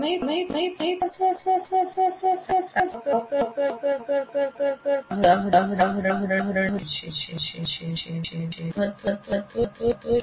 પ્રમેય પ્રસ્તુત કરવા અથવા સામાન્ય રીતે સમજાવવા કરતા ચોક્કસ ઉદાહરણની આવશ્યકતા હોય છે